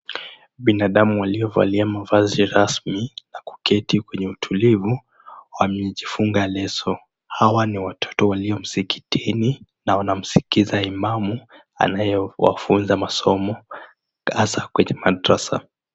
Binadamu aliyevalia mavazi rasmi na kuketi kwenye utulivu amejifunga leso. Hawa ni watoto walio msikitini na wanamsikiza imamu anayowafunza wasomo hasa kwenye madrasa.